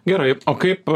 gerai o kaip